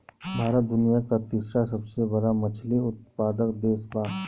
भारत दुनिया का तीसरा सबसे बड़ा मछली उत्पादक देश बा